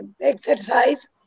exercise